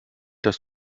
dass